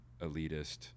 elitist